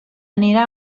anirà